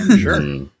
Sure